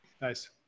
Nice